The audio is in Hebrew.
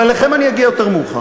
לא, אבל אליכם אגיע יותר מאוחר.